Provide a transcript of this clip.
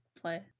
play